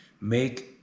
Make